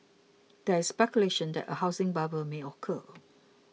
there is speculation that a housing bubble may occur